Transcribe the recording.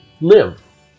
live